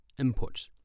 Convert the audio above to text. input